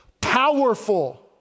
powerful